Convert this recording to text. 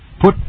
put